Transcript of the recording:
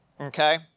Okay